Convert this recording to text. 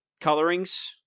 colorings